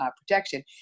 protection